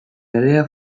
alea